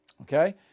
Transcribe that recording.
Okay